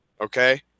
okay